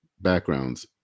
backgrounds